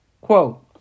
Quote